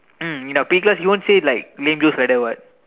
mm in our P_E class he won't say like lame jokes like that [what]